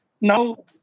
now